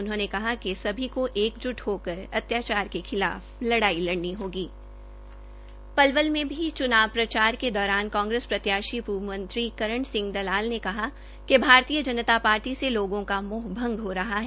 उनहोंने कहा कि सभी का एक ज्रट होकर अत्याचार के खिलाफ लड़ाई लड़नी होगी पलवल में भी चूनाव प्रचार के दौरान कांग्रेस प्रत्याशी पूर्व मंत्री करण सिह दलाल ने कहा कि भारतीय जनता पार्टी से लोगोंका मोह भंग हो रहा है